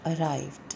arrived